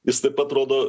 jis taip pat rodo